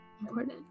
important